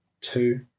Two